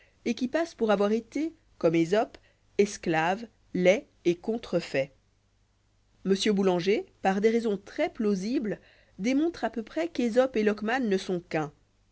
et qui passe pour avoir été comme ésope esclave laid et contrefait m boulanger par des raisons très plausibles démontre à peu près qu'esope et lockman ne sont qu'un